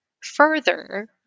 further